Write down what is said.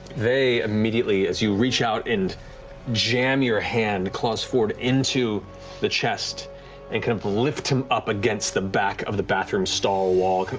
they immediately, as you reach out and jam your hand, claws forward, into the chest and kind of lift him up against the back of the bathroom stall wall.